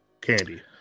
candy